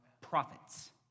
prophets